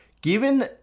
given